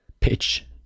pitch